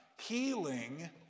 healing